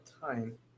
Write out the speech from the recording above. time